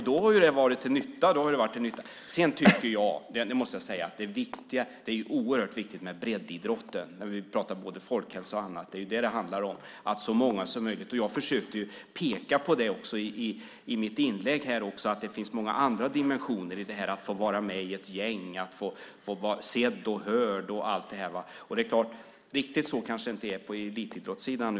Då har det varit till nytta. Sedan måste jag säga att det är oerhört viktigt med breddidrotten, när vi pratar om både folkhälsa och annat. Det är det som det handlar om, att så många som möjligt ska omfattas. Jag försökte peka på det i mitt inlägg, att det finns många andra dimensioner i det här. Det handlar om att få vara med i ett gäng, om att blir sedd och hörd och allt det. Riktigt så kanske det inte är på elitidrottssidan.